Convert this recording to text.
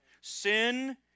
Sin